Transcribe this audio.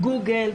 גוגל,